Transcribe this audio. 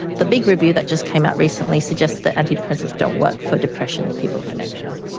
the big review that just came out recently suggested that antidepressants don't work for depression in people with dementia.